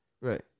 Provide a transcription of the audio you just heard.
Right